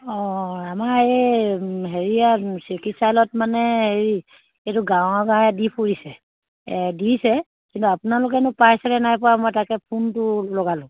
অঁ আমাৰ এই হেৰিয়া চিকিৎসালত মানে হেৰি এইটো গাঁৱে গাঁৱে দি ফুৰিছে দিছে কিন্তু আপোনালোকেনো পাইছেনে নাই পোৱা মই তাকে ফোনটো লগালোঁ